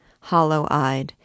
hollow-eyed